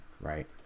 right